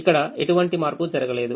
ఇక్కడ ఎటువంటి మార్పు జరగలేదు